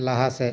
ᱞᱟᱦᱟ ᱥᱮᱫ